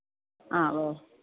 ആ ഓ